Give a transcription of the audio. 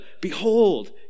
behold